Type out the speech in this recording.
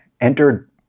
Entered